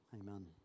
Amen